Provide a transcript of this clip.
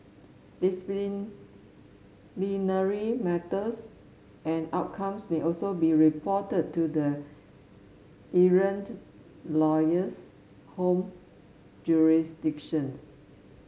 disciplinary matters and outcomes may also be reported to the errant lawyer's home jurisdictions